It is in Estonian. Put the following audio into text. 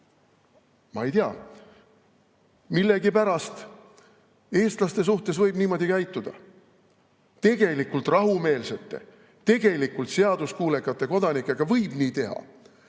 Ma ei tea, millegipärast eestlastega võib niimoodi käituda. Tegelikult rahumeelsete, tegelikult seaduskuulekate kodanikega võib nii teha.